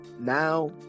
now